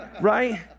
right